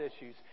issues